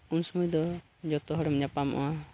ᱩᱱ ᱥᱚᱢᱚᱭ ᱫᱚ ᱡᱚᱛᱚ ᱦᱚᱲ ᱮᱢ ᱧᱟᱯᱟᱢᱚᱜᱼᱟ